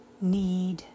need